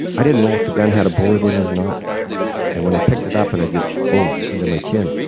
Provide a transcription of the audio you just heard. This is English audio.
i didn't know if the gun had a bullet in it or not. and when i picked it up and i just boom, under my chin.